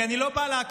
כי אני לא בא להקניט,